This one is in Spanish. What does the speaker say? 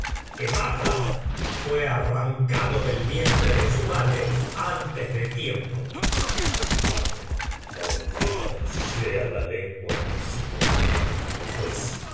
que macduff fué arrancado del vientre de su madre antes de tiempo macb maldita sea la lengua que así me habla pues